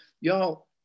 y'all